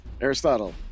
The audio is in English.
Aristotle